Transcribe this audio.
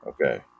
Okay